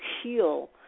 heal